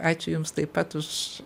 ačiū jums taip pat už